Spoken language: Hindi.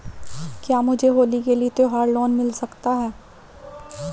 क्या मुझे होली के लिए त्यौहार लोंन मिल सकता है?